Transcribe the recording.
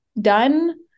done